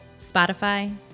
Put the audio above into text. Spotify